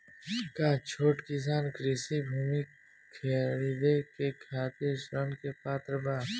का छोट किसान कृषि भूमि खरीदे के खातिर ऋण के पात्र बा?